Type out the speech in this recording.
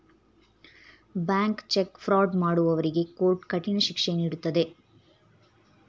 bank cheque fraud ಮಾಡುವವರಿಗೆ court ಕಠಿಣ ಶಿಕ್ಷೆ ನೀಡುತ್ತದೆ